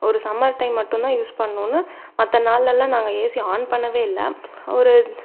ஒரு summer time மட்டும் தான் யூஸ் பண்ணிணோனு மற்ற நாளில் எல்லாம் நாங்கள் ஏசியை ஆன் பண்ணவே இல்லை ஒரு